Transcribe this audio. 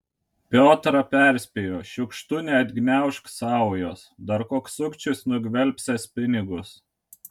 piotrą perspėjo šiukštu neatgniaužk saujos dar koks sukčius nugvelbsiąs pinigus